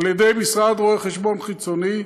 על ידי משרד רואה חשבון חיצוני,